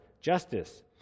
justice